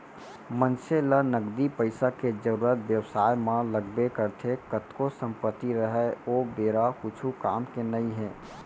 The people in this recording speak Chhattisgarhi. मनसे ल नगदी पइसा के जरुरत बेवसाय म लगबे करथे कतको संपत्ति राहय ओ बेरा कुछु काम के नइ हे